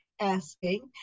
asking